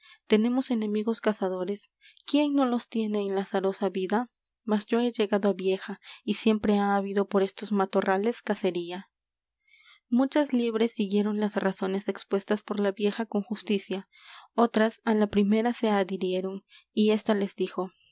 tenemos enemigos cazadores quién no los tiene en la azarosa vida mas yo he llegado á vieja y siempre ha habido por estos matorrales cacería muchas liebres siguieron las razones expuestas por la vieja con justicia otras á la primera se adhirieron y ésta les dijo